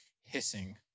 hissing